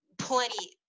plenty